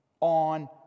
on